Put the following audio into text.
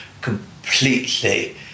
completely